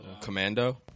Commando